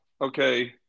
okay